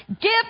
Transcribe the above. Give